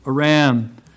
Aram